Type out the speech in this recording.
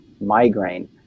migraine